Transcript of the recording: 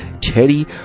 Teddy